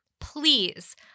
Please